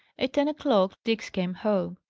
at ten o'clock diggs came home.